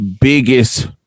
biggest